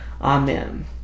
Amen